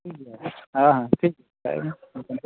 ᱴᱷᱤᱠ ᱜᱮᱭᱟ ᱦᱮᱸ ᱦᱮᱸ ᱴᱷᱤᱠ ᱜᱮᱭᱟ